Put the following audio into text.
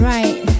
Right